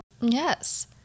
Yes